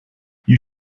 you